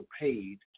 paid